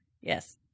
yes